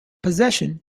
possession